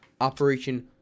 operation